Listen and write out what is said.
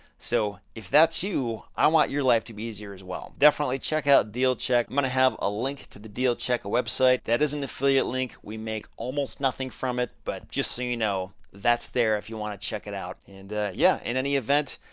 so, if that's you, i want your life to be easier as well. definitely check out dealcheck. i'm gonna have a link to the dealcheck website. that is an affiliate link. we make almost nothing from it, but just so you know, that's there if you wanna check it out, and yeah, in any event,